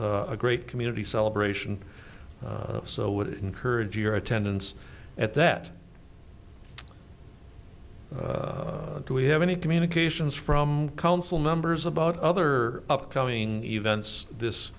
events a great community celebration so would encourage your attendance at that do we have any communications from council members about other upcoming events this